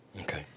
okay